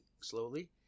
slowly